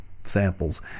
samples